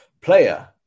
Player